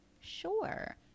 Sure